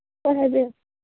ꯍꯣꯏ ꯍꯥꯏꯕꯤꯌꯨ